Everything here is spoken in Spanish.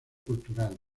culturales